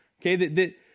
Okay